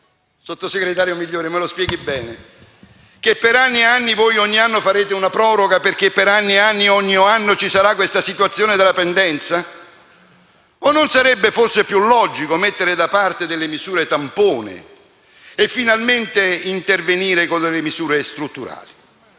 sottosegretario Migliore, me lo spieghi bene - che per anni e anni, ogni anno, farete una proroga, perché per anni e anni ci sarà la situazione della pendenza? Non sarebbe forse più logico mettere da parte le misure tampone e intervenire finalmente con misure strutturali?